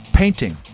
painting